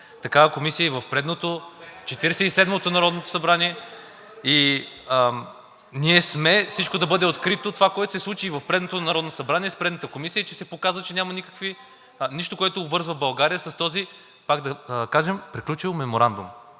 такава комисия и в предното – Четиридесет и седмо народно събрание, и ние сме всичко да бъде открито. Това, което се случи и в предното Народно събрание, с предната комисия, е, че се показа, че няма нищо, което обвързва България с този, пак да кажем, приключил Меморандум.